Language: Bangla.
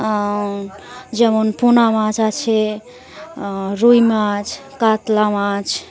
যেমন পোনা মাছ আছে রুই মাছ কাতলা মাছ